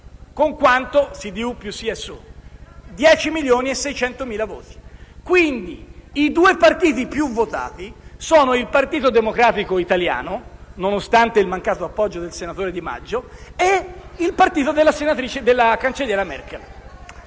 con 10,6 milioni di voti. Quindi, i due partiti più votati sono stati il Partito Democratico italiano, nonostante il mancato appoggio del senatore Di Maggio, e il partito della cancelliera Merkel.